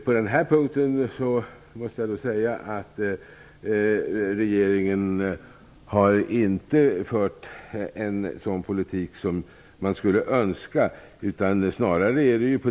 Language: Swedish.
På denna punkt måste jag säga att regeringen inte har fört en sådan politik som man skulle önska.